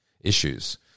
issues